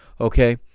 okay